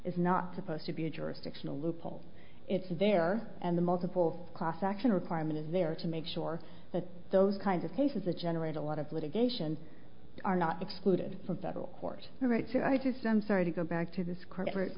is not supposed to be a jurisdictional loophole it's there and the multiple class action requirement is there to make sure that those kinds of cases that generate a lot of litigation are not excluded from federal court all right so i just i'm sorry to go back to this corporate